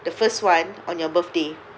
the first one on your birthday